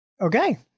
okay